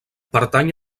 pertany